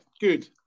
good